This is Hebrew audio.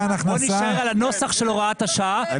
בואו נישאר על הנוסח של הוראת השעה כדי להפוך אותה לחוק.